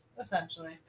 Essentially